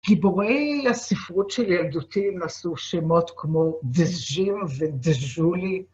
גיבורי הספרות של ילדותי נשאו שמות כמו דז'ים ודז'ולי.